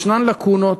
יש לקונות,